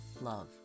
Love